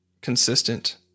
consistent